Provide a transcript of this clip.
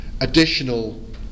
additional